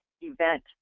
event